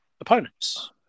opponents